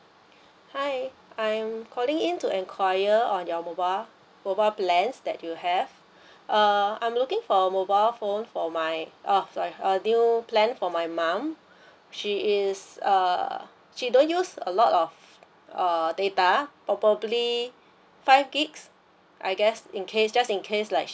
hi I'm calling in to enquire on your mobile mobile plans that you have uh I'm looking for a mobile phone for my oh sorry a new plan for my mom she is err she don't use a lot of err data probably five gigs I guess in case just in case like